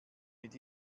mit